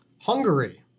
Hungary